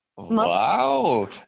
Wow